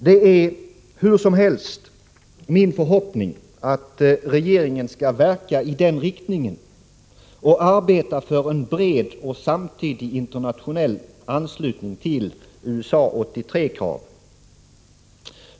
Det är hur som helst min förhoppning att regeringen skall verka i den riktningen och arbeta för en bred och samtidig internationell anslutning till USA 83-kraven.